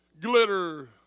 glitter